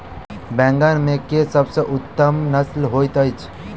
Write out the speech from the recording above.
बैंगन मे केँ सबसँ उन्नत नस्ल होइत अछि?